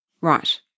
Right